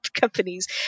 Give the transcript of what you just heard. companies